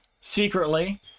secretly